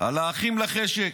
על האחים לחשק.